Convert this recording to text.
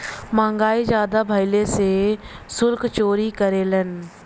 महंगाई जादा भइले से सुल्क चोरी करेलन